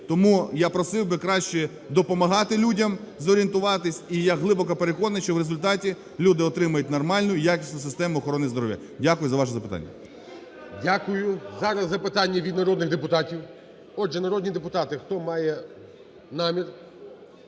Тому я просив би краще допомагати людям зорієнтуватися, і я глибоко переконаний, що в результаті люди отримають нормальну, якісну систему охорони здоров'я. Дякую за ваше запитання. ГОЛОВУЮЧИЙ. Дякую. Зараз запитання від народних депутатів. Отже, народні депутати, хто має намір